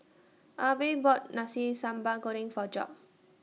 Abbey bought Nasi Sambal Goreng For Job